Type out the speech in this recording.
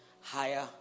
higher